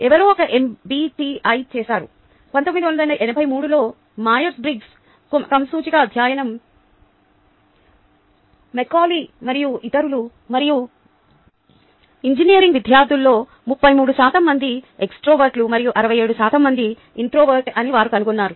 ఎవరో ఒక MBTI చేసారు 1983 లో మైయర్స్ బ్రిగ్స్ రకం సూచిక అధ్యయనం మెక్కాలీ మరియు ఇతరులు మరియు ఇంజనీరింగ్ విద్యార్థులలో 33 శాతం మంది ఎక్స్ట్రావర్ట్లు మరియు 67 శాతం మంది ఇన్ట్రావర్ట్ అని వారు కనుగొన్నారు